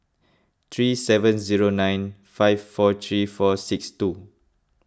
three seven zero nine five four three four six two